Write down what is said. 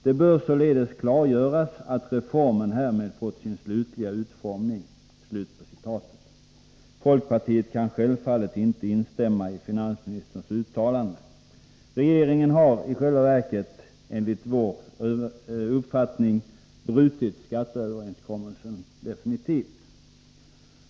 Det bör således klargöras att reformen härmed fått sin slutliga utformning.” Folkpartiet kan självfallet inte instämma i finansministerns uttalande. Regeringen har i själva verket enligt vår uppfattning brutit skatteöverenskommelsen definitivt.